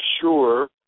sure